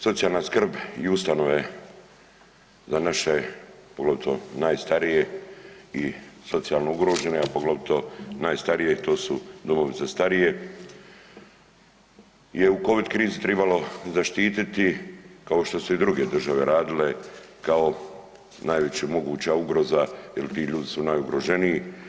Socijalna skrb i ustanove za naše poglavito najstarije i socijalno ugrožene, a poglavito najstarije to su domovi za starije je u covid krizi tribalo zaštititi kao što su i druge države radile kao najveća moguća ugroza jel ti ljudi su najugroženiji.